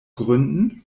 gründen